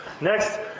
Next